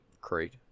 crate